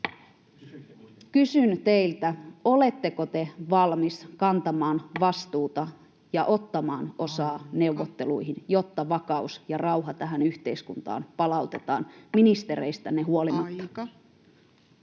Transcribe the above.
Kysyn teiltä: oletteko te valmis kantamaan vastuuta ja ottamaan osaa neuvotteluihin, [Puhemies: Aika!] jotta vakaus ja rauha tähän yhteiskuntaan palautetaan ministereistänne huolimatta?